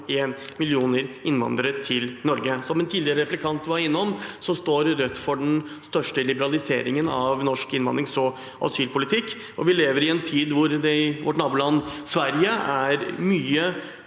1 million innvandrere. Som en tidligere replikant var innom, står Rødt for den største liberaliseringen av norsk innvandrings- og asylpolitikk. Vi lever i en tid da det i vårt naboland Sverige er mye